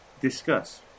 discuss